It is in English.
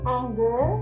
anger